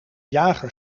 jager